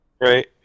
Right